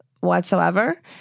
whatsoever